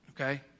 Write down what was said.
Okay